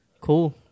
Cool